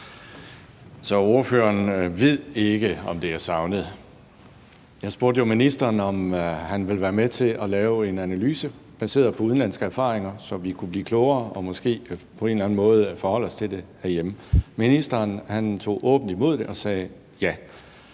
Så ordføreren ved ikke, om det er savnet. Jeg spurgte jo ministeren, om han ville være med til at lave en analyse baseret på udenlandske erfaringer, så vi kunne blive klogere og måske på en eller anden måde forholde os til det herhjemme. Ministeren tog åbent imod det og sagde: Ja.